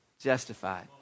justified